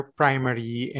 primary